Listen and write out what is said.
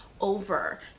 over